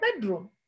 bedroom